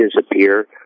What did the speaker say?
disappear